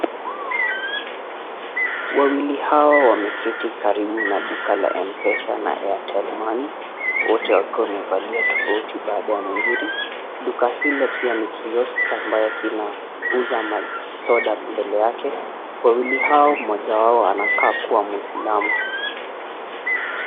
Wawili hawa wameketi karibu na duka la M-Pesa na Airtel Money wote wakiwa wamevalia tofauti baada ya mwingine. Duka hilo pia ni kioski ambayo kinauza soda mbele yake. Wawili hao mmoja wao anakaa kuwa muislamu.